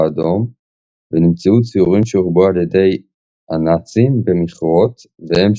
האדום ונמצאו ציורים שהוחבאו על ידי הנאצים במכרות והם